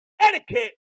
etiquette